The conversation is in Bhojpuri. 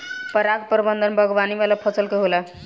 पराग प्रबंधन बागवानी वाला फसल के होला